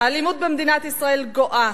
האלימות במדינת ישראל גואה.